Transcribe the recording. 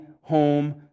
home